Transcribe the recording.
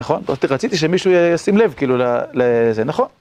נכון? רציתי שמישהו ישים לב, כאילו, לזה, נכון?